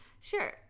Sure